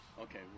Okay